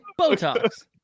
Botox